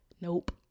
Nope